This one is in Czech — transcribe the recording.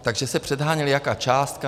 Takže se předháněli, jaká částka.